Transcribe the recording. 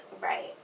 right